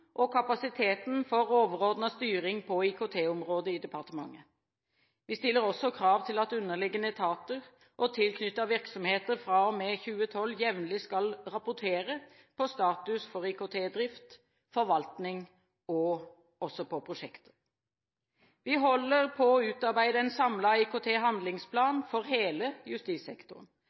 og kapasiteten for overordnet styring på IKT-området i departementet. Vi stiller krav til at underliggende etater og tilknyttede virksomheter fra og med 2012 jevnlig skal rapportere om status for IKT-drift, -forvaltning og -prosjekter. Vi holder på med å utarbeide en samlet IKT-handlingsplan for hele justissektoren.